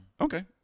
Okay